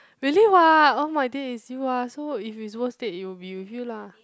really [what] all my days you are so if it's worst day it will be with you lah